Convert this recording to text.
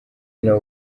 nabo